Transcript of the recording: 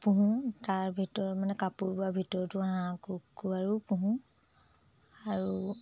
পুহোঁ তাৰ ভিতৰত মানে কাপোৰ বোৱাৰ ভিতৰতো হাঁহ কুকুৰাও পোহোঁ আৰু